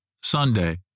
Sunday